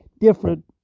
different